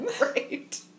Right